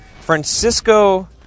Francisco